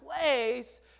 place